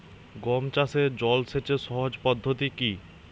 গম চাষে জল সেচের সহজ পদ্ধতি কি?